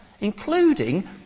including